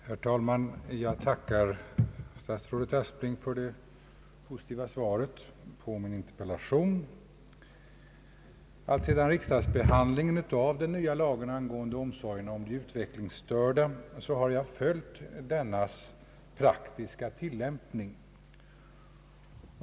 Herr talman! Jag tackar statsrådet Aspling för det positiva svaret på min interpellation. Alltsedan <riksdagsbehandlingen av den nya lagen angående omsorger om de utvecklingsstörda har jag följt dennas praktiska tillämpning.